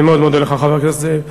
אני מאוד מודה לך, חבר הכנסת זאב.